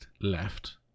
left